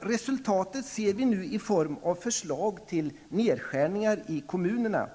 Resultatet ser vi nu i form av förslag till nedskärningar i kommunerna.